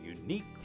unique